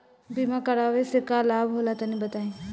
बीमा करावे से का लाभ होला तनि बताई?